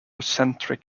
centric